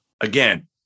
again